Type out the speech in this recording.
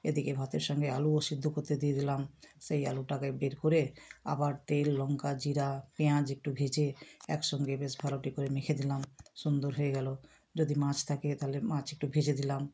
এদিকে ভাতের সঙ্গে আলুও সেদ্ধ করতেদিয়ে দিলাম সেই আলুটাকে বের করে আবার তেল লঙ্কা জিরা পেঁয়াজ একটু ভেজে একসঙ্গে বেশ ভালোটি করে মেখে দিলাম সুন্দর হয়ে গেলো যদি মাছ থাকে তাহলে মাছ একটু ভেজে দিলাম